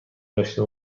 داشته